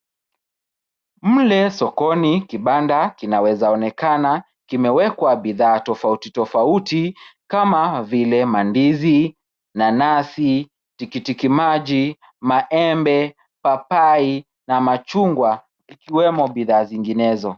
Mle sokoni kibanda kinaweza onekana kimewekwa bidhaa tofauti tofauti kama vile mandizi, nanasi, tikitimaji, maembe, papai na machungwa ikiwemo bidhaa zinginezo.